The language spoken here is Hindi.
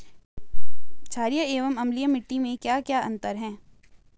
छारीय एवं अम्लीय मिट्टी में क्या क्या अंतर हैं?